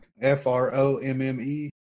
F-R-O-M-M-E